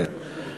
כן.